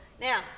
now